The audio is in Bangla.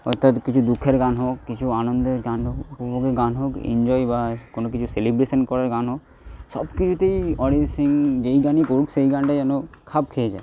অর্থাৎ কিছু দুঃখের গান হোক কিছু আনন্দের গান হোক অনুভবের গান হোক এঞ্জয় বা কোনো কিছু সেলিব্রেশন করার গান হোক সব কিছুতেই অরিজিৎ সিং যেই গানই করুক সেই গানটা যেন খাপ খেয়ে যায়